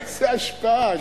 איזה השפעה?